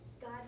God